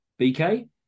BK